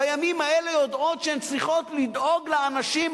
בימים האלה יודעות שהן צריכות לדאוג לאנשים,